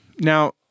Now